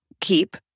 keep